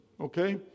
Okay